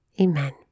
Amen